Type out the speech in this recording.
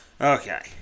Okay